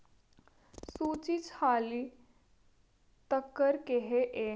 सूची च हाली तक्कर केह् ऐ